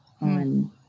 On